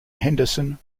henderson